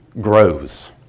grows